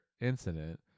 incident